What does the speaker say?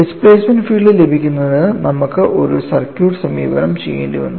displacement field ലഭിക്കുന്നതിന് നമുക്ക് ഒരു സർക്യൂട്ട് സമീപനം ചെയ്യേണ്ടിവന്നു